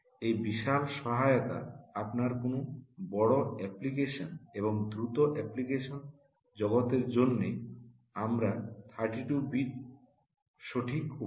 এই বিশাল সহায়তা আপনার কোনও বড় অ্যাপ্লিকেশন এবং দ্রুত অ্যাপ্লিকেশন জগতের জন্য আমার হিসেবে 32 বিট সঠিক উপায়